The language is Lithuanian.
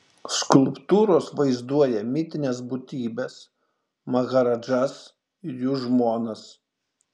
skulptūros vaizduoja mitines būtybes maharadžas ir jų žmonas